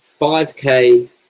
5k